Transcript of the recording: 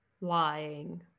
lying